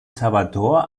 salvador